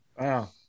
Wow